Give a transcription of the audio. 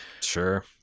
sure